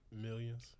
Millions